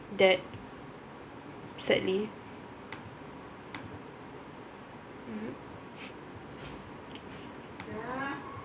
that sadly mmhmm ya